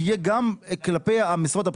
נגיד, יהיו גם במשרות הבכירות.